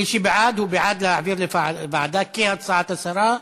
מי שבעד, הוא בעד להעביר לוועדה כהצעת השרה.